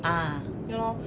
ah 对 lor